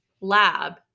lab